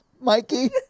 Mikey